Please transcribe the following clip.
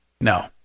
No